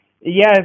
Yes